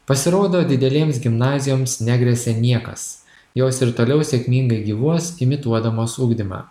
pasirodo didelėms gimnazijoms negresia niekas jos ir toliau sėkmingai gyvuos imituodamas ugdymą